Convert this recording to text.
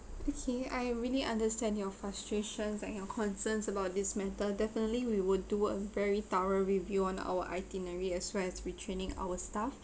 okay I really understand your frustrations like your concerns about this matter definitely we will do a very thorough review on our itinerary as well as retraining our staff